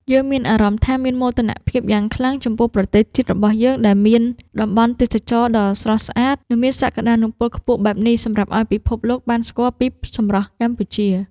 យើងមានអារម្មណ៍ថាមានមោទនភាពយ៉ាងខ្លាំងចំពោះប្រទេសជាតិរបស់យើងដែលមានតំបន់ទេសចរណ៍ដ៏ស្រស់ស្អាត និង មានសក្តានុពលខ្ពស់បែបនេះសម្រាប់ឱ្យពិភពលោកបានស្គាល់ពីសម្រស់កម្ពុជា។